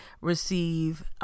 receive